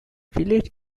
village